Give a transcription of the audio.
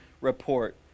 report